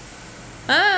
!huh!